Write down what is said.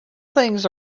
things